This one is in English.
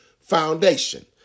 foundation